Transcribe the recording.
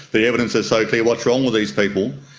the evidence is so clear, what's wrong with these people',